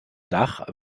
dach